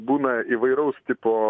būna įvairaus tipo